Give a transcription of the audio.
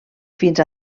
fins